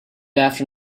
after